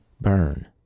burn